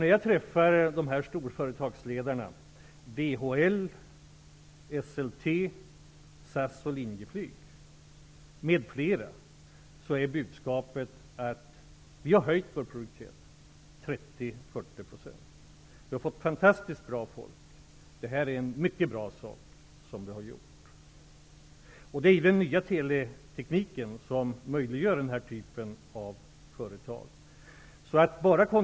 När jag träffar storföretagsledare från DHL, Esselte, SAS och Linjeflyg m.fl. är budskapet att de har höjt sin produktivitet med 30--40 %. De har fått fantastiskt bra folk, och det är en mycket bra sak som de har gjort. Det är ju den nya teletekniken som möjliggör den här typen av företag.